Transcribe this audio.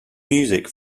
music